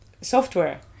software